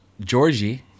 Georgie